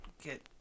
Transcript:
get